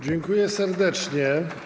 Dziękuję serdecznie.